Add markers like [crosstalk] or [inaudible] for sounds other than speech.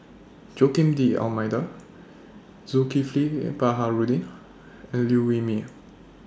Joaquim D'almeida Zulkifli [hesitation] Baharudin and Liew Wee Mee